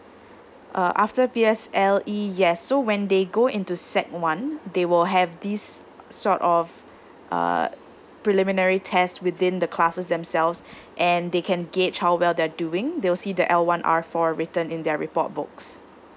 uh after P_S_L_E yes so when they go into sec one they will have this sort of uh preliminary test within the classes themselves and they can gauge how well they're doing they will see the l one r four written in their report books